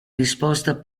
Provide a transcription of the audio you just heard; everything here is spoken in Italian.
risposta